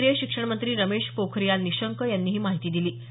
केंद्रीय शिक्षणमंत्री रमेश पोखरीयाल निशंक यांनी ही माहिती दिली